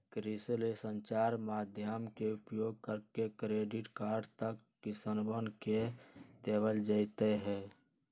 कृषि ला संचार माध्यम के उपयोग करके क्रेडिट कार्ड तक किसनवन के देवल जयते हई